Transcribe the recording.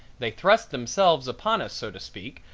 they thrust themselves upon us so to speak,